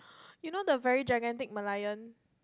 you know the very gigantic Merlion